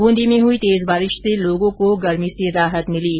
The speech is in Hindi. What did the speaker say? बूंदी में हुई तेज बारिश से लोगों को गर्मी और उमस से राहत मिली है